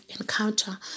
encounter